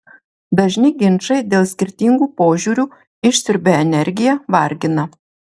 dažni ginčai dėl skirtingų požiūrių išsiurbia energiją vargina